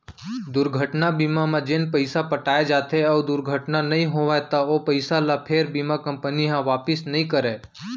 दुरघटना बीमा म जेन पइसा पटाए जाथे अउ दुरघटना नइ होवय त ओ पइसा ल फेर बीमा कंपनी ह वापिस नइ करय